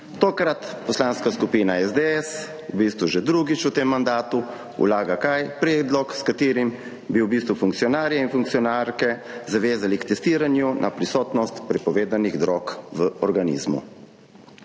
Tokrat Poslanska skupina SDS v bistvu že drugič v tem mandatu vlaga kaj? Predlog, s katerim bi v bistvu funkcionarje in funkcionarke zavezali k testiranju na prisotnost prepovedanih drog v organizmu.